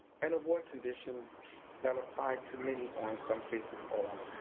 and award conditions that apply to many, or in some cases all,